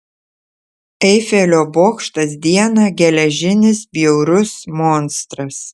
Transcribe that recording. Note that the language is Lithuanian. eifelio bokštas dieną geležinis bjaurus monstras